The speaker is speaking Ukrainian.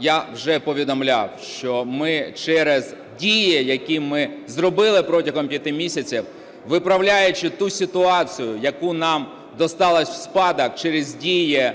Я вже повідомляв, що через дії, які ми зробили протягом 5 місяців, виправляючи ту ситуацію, яка нам досталася в спадок через дії